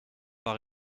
pas